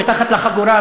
מתחת לחגורה,